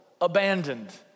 abandoned